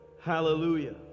Hallelujah